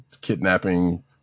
kidnapping